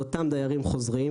לאותם דיירים חוזרים,